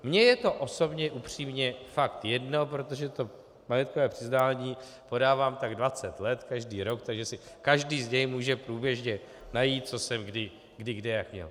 Mně je to osobně upřímně fakt jedno, protože majetkové přiznání podávám tak dvacet let každý rok, takže si každý z něj může průběžně najít, co jsem kdy jak měl.